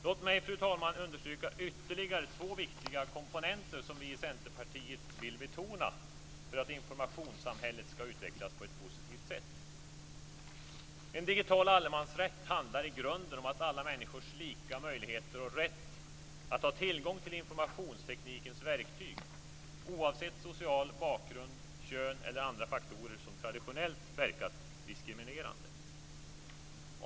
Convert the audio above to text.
Låt mig understryka ytterligare två viktiga komponenter som vi i Centerpartiet vill betona för att informationssamhället skall utvecklas på ett positivt sätt. En digital allemansrätt handlar i grunden om alla människors lika möjligheter och rätt att ha tillgång till informationsteknikens verktyg, oavsett social bakgrund, kön eller andra faktorer som traditionellt verkat diskriminerande.